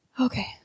Okay